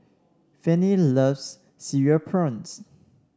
Fannie loves Cereal Prawns